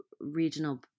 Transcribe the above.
regional